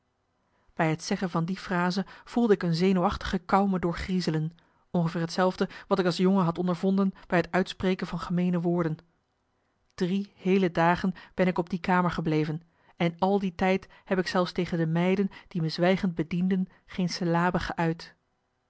bij het zeggen van die frase voelde ik een zenuwachtige kou me doorgriezelen ongeveer hetzelfde wat ik als jongen had ondervonden bij het uistpreken van gemeene woorden drie heele dagen ben ik op die kamer gebleven en al die tijd heb ik zelfs tegen de meiden die me zwijgend bedienden geen syllabe geuit